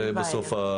זה בסוף האירוע.